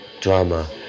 drama